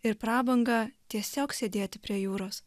ir prabangą tiesiog sėdėti prie jūros